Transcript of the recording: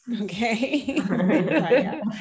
Okay